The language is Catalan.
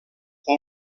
pol